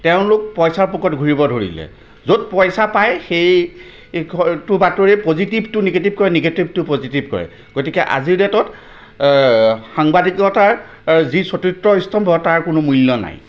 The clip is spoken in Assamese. তেওঁলোক পইচাৰ পোকৰত ঘূৰিব ধৰিলে য'ত পইচা পায় সেই সেইটো বাতৰিয়ে পজিটিভটো নিগেটিভ কৰে নিগেটিভটো পজিটিভ কৰে গতিকে আজিৰ ডে'টত সাংবাদিকতাৰ যি চতুৰ্থ স্তম্ভ তাৰ কোনো মূল্য নাই